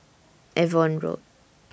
Avon Road